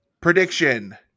Prediction